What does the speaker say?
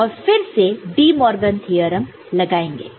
और फिर से डिमॉर्गन थीअरेम लगाएंगे